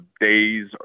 days